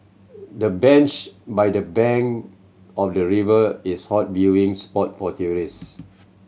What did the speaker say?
the bench by the bank of the river is hot viewing spot for tourists